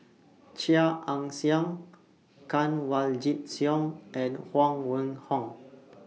Chia Ann Siang Kanwaljit Soin and Huang Wenhong